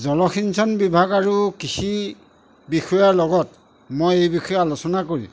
জলসিঞ্চন বিভাগ আৰু কৃষি বিষয়াৰ লগত মই এই বিষয়ে আলোচনা কৰি